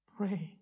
Pray